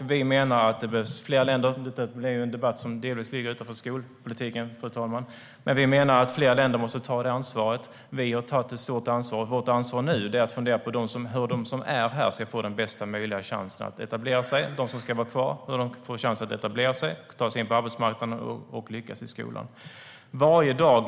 Vi menar att det behövs fler länder. Detta är en debatt som delvis ligger utanför skolpolitiken, fru talman. Men vi menar att fler länder måste ta det ansvaret. Vi har tagit ett stort ansvar. Vårt ansvar nu är att fundera på hur de som är här ska få bästa möjliga chans att etablera sig. De som ska vara kvar ska få chans att etablera sig, ta sig in på arbetsmarknaden och lyckas i skolan. Då